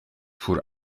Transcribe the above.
poor